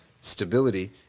stability